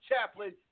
chaplain